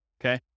Okay